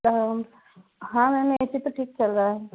हाँ ma'am A C तो ठीक चल रहा है